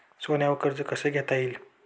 सोन्यावर कर्ज कसे घेता येईल?